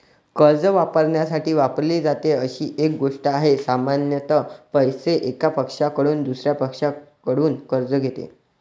कर्ज वापरण्यासाठी वापरली जाते अशी एक गोष्ट आहे, सामान्यत पैसे, एका पक्षाकडून दुसर्या पक्षाकडून कर्ज घेते